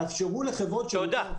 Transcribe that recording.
תאפשרו לחברות שירותי הרפואה --- תודה.